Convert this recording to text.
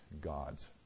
God's